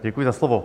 Děkuji za slovo.